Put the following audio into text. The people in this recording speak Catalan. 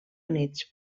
units